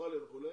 אוסטרליה וכולי,